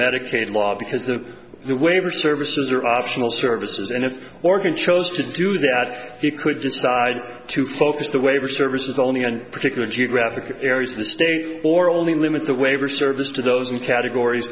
medicaid law because the waiver services are optional services and if organ chose to do that you could decide to focus the waiver services only on particular geographic areas of the state or only limit the waiver service to those in categories